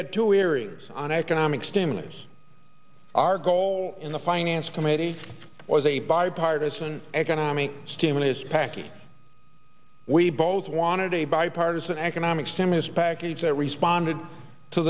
had two areas on economic stimulus our goal in the finance committee was a bipartisan economic stimulus package we both wanted a bipartisan economic stimulus package that responded to